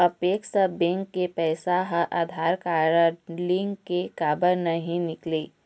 Apex bank के पैसा हा आधार कारड लिंक ले काबर नहीं निकले?